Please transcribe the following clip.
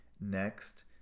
Next